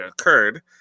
occurred